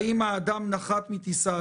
האם האדם נחת מטיסה,